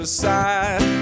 side